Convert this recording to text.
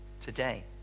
today